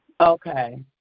Okay